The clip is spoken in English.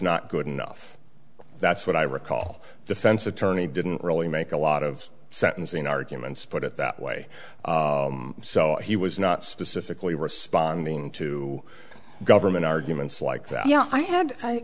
not good enough that's what i recall defense attorney didn't really make a lot of sentencing arguments put it that way so he was not specifically responding to government arguments like that y